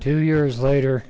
to years later